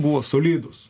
buvo solidūs